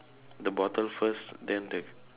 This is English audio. the bottle first then the